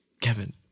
kevin